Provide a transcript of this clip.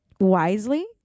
wisely